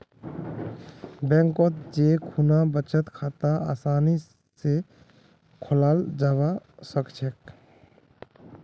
बैंकत जै खुना बचत खाता आसानी स खोलाल जाबा सखछेक